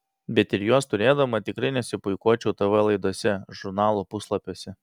bet ir juos turėdama tikrai nesipuikuočiau tv laidose žurnalų puslapiuose